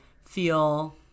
feel